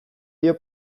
dio